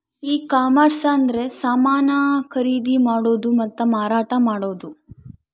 ಈ ಕಾಮರ್ಸ ಅಂದ್ರೆ ಸಮಾನ ಖರೀದಿ ಮಾಡೋದು ಮತ್ತ ಮಾರಾಟ ಮಾಡೋದು